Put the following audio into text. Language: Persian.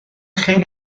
خیلی